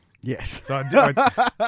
Yes